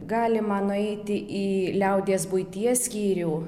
galima nueiti į liaudies buities skyrių